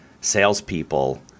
salespeople